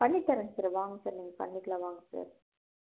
பண்ணி தரங்க சார் வாங்க சார் நீங்கள் பண்ணிக்கலாம் வாங்க சார்